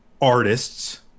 artists